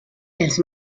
els